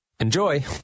Enjoy